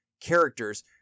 characters